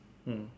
mm